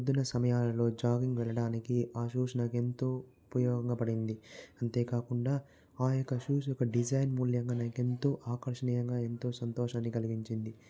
పొద్దున సమయాలలో జాగింగ్ వెళ్ళడానికి ఆ షూస్ నాకెంతో ఉపయోగపడింది అంతేకాకుండా ఆ యొక్క షూస్ యొక్క డిజైన్ మూల్యంగా నాకెంతో ఆకర్షణీయంగా ఎంతో సంతోషాన్ని కలిగించింది